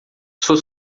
sua